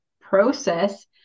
process